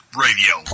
radio